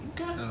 Okay